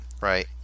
Right